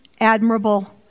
admirable